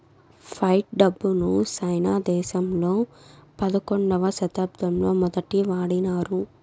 fight డబ్బును China దేశంలో పదకొండవ శతాబ్దంలో మొదటి వాడినారు